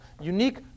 unique